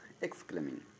exclaiming